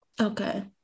Okay